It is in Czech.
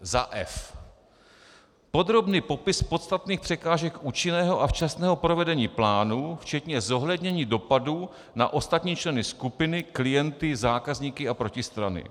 f) podrobný popis podstatných překážek účinného a včasného provedení plánu, včetně zohlednění dopadu na ostatní členy skupiny, klienty, zákazníky a protistrany,